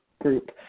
group